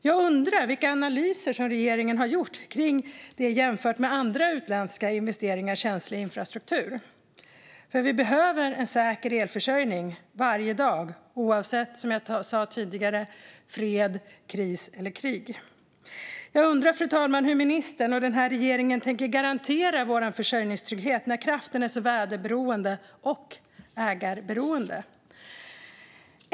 Jag undrar vilka analyser regeringen har gjort kring detta jämfört med andra utländska investeringar i känslig infrastruktur. Som jag sa tidigare behöver vi nämligen en säker elförsörjning varje dag, oavsett fred, kris eller krig. Jag undrar hur ministern och den här regeringen tänker garantera vår försörjningstrygghet när kraften är så väderberoende och ägarberoende, fru talman.